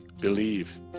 Believe